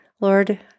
Lord